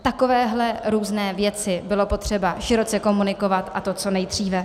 Takovéhle různé věci bylo potřeba široce komunikovat, a to co nejdříve.